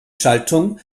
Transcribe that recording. schaltung